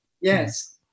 Yes